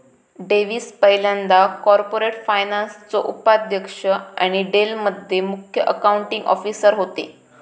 Davis पयल्यांदा corporate फायनान्सचो उपाध्यक्ष आणि डेल मध्ये मुख्य अकाउंटींग ऑफिसर होते